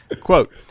quote